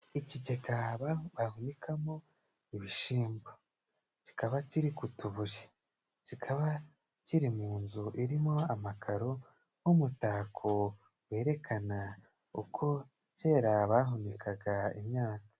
Ikigega ba bahunikamo ibishimbo. Kikaba kiri ku tubure, kikaba kiri mu nzu irimo amakaro nk'umutako werekana uko kera bahunikaga imyaka.